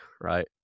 right